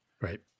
Right